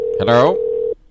Hello